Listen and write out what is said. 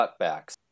cutbacks